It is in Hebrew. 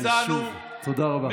תודה רבה.